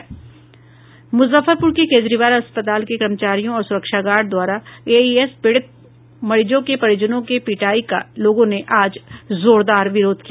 मुजफ्फरपूर के केजरीवाल अस्पताल के कर्मचारियों और सुरक्षा गार्ड द्वारा एईएस पीड़ित मरीजों के परिजनों के पिटाई का लोगों ने आज जोरदार विरोध किया